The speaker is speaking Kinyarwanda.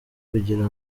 kugira